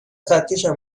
خطکشم